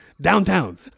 downtown